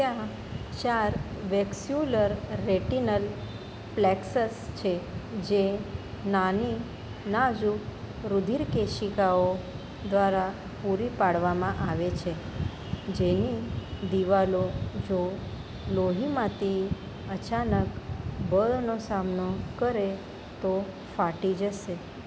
ત્યાં ચાર વેક્સ્યુલર રેટિનલ પ્લેક્સસ છે જે નાની નાજુક રુધિર કેશિકાઓ દ્વારા પૂરી પાડવામાં આવે છે જેની દિવાલો જો લોહીમાં તે અચાનક બળનો સામનો કરે તો ફાટી જશે